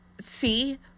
See